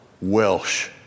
Welsh